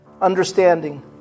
understanding